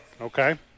Okay